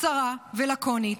קצרה ולקונית,